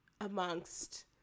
amongst